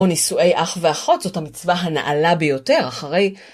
או נישואי אח ואחות, זאת המצווה הנעלה ביותר, אחרי...